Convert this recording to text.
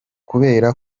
kubera